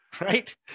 right